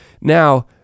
Now